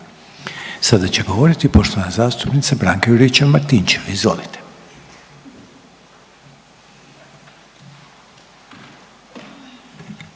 pa će govoriti poštovana zastupnica Anka Mrak Taritaš. Izvolite.